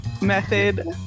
method